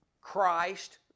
Christ